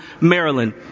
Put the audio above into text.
Maryland